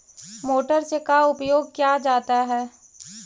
Motor से का उपयोग क्या जाता है?